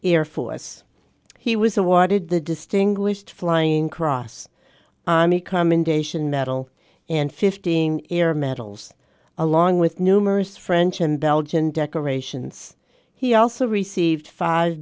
air force he was awarded the distinguished flying cross commendation medal and fifteen yr medals along with numerous french and belgian decorations he also received fi